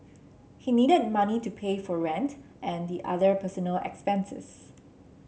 he needed money to pay for rent and the other personal expenses